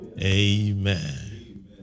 Amen